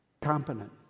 competent